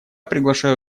приглашаю